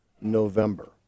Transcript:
November